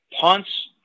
Punts